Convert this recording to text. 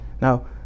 Now